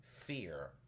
fear